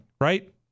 right